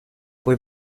puoi